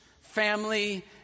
family